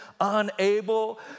unable